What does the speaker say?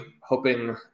hoping